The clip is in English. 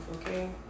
okay